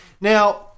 now